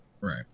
Right